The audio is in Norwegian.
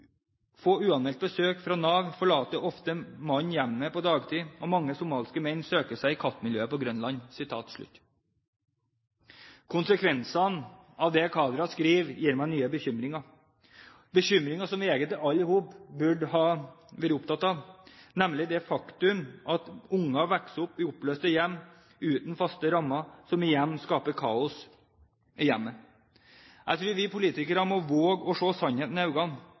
få uanmeldt besøk fra NAV forlater ofte mannen hjemmet på dagtid, og mange somaliske menn søker seg til khatmiljøet på Grønland.» Konsekvensene av det Kadra skriver, gir meg nye bekymringer – bekymringer som vi egentlig alle burde ha vært opptatt av, nemlig det faktum at barn vokser opp i oppløste hjem uten faste rammer, som igjen skaper kaos i hjemmet. Jeg tror vi politikere må våge å se sannheten